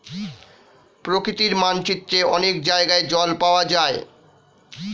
প্রকৃতির মানচিত্রে অনেক জায়গায় জল পাওয়া যায়